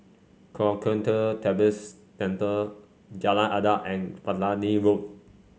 Kwan Yam Theng Buddhist Temple Jalan Adat and Platina Road